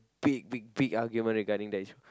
big big big argument regarding that issue